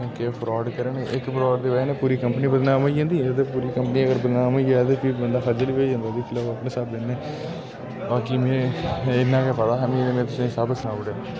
कि फ्रॉड करन इक फ्रॉड दी बजह कन्नै पूरी कम्पनी बदनाम होई जंदी ऐ ते पूरी कम्पनी अगर बदनाम होई जा ते फ्ही बंदा खज्जल बी होई जंदा दिक्खी लैओ अपने स्हाबै नै बाक़ी में इ'न्ना गै पता हा मी ते में तुसें गी सब सनाऊ ओड़ेआ